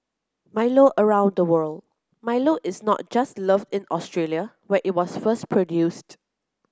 Milo around the world Milo is not just loved in Australia where it was first produced